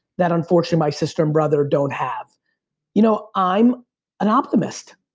that unfortunately my sister and brother don't have you know i'm an optimist.